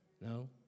No